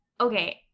Okay